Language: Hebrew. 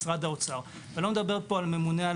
משרד האוצר - ואני לא מדבר על הממונה על